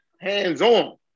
hands-on